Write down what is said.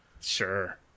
Sure